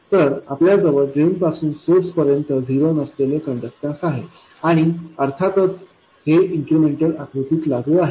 तर आपल्याजवळ ड्रेन पासून सोर्स पर्यंत झिरो नसलेले कण्डक्टॅन्स आहे आणि अर्थातच हे इन्क्रिमेंटल आकृतीला लागू आहे